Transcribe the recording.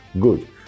good